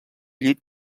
llit